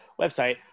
website